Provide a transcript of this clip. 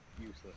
useless